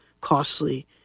costly